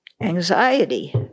anxiety